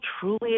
truly